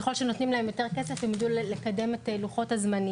ככל שנותנים להן יותר כסף הן תדענה לקדם את לוחות הזמנים.